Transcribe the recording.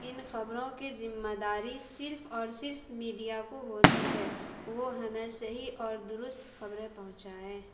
ان خبروں کی ذمہ داری صرف اور صرف میڈیا کو ہوتی ہے وہ ہمیں صحیح اور درست خبریں پہنچائے